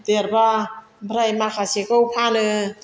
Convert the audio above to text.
देरोबा ओमफ्राय माखासेखौ फानो